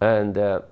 and